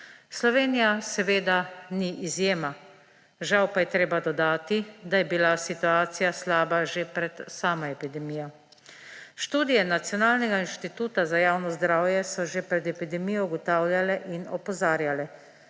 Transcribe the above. Slovenija seveda ni izjema žal pa je treba dodati, da je bila situacija slaba že pred samo epidemijo. Študije Nacionalnega instituta za javno zdravje so že pred epidemijo ugotavljale in opozarjale,